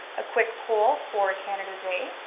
a quick poll for canada day,